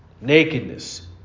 nakedness